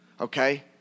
Okay